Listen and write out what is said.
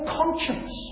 conscience